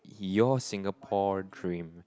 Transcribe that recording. your Singapore dream